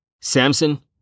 Samson